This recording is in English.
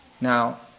Now